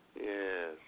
Yes